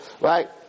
right